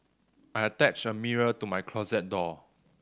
I attached a mirror to my closet door